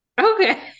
Okay